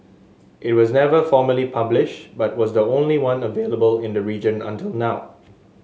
it was never formally published but was the only one available in the region until now